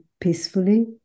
peacefully